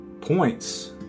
points